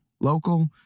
local